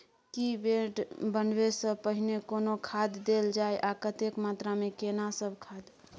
की bed बनबै सॅ पहिने कोनो खाद देल जाय आ कतेक मात्रा मे केना सब खाद?